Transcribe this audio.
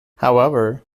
however